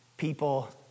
people